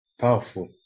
Powerful